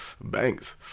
Banks